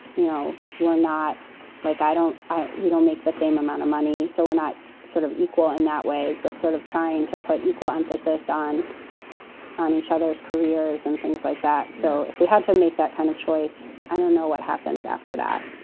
you know, we're not like i don't i don't make the same amount of money, so we're not sort of equal in that way, but sort of trying to put equal emphasis on on each other's careers and things like that. so if we had to make that kind of choice, i don't know what happens after that.